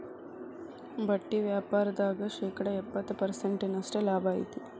ಬಟ್ಟಿ ವ್ಯಾಪಾರ್ದಾಗ ಶೇಕಡ ಎಪ್ಪ್ತತ ಪರ್ಸೆಂಟಿನಷ್ಟ ಲಾಭಾ ಐತಿ